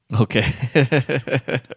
okay